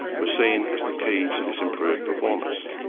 were seen as the key to this improved performance.